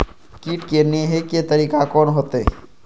कीट के ने हे के तरीका कोन होते?